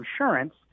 insurance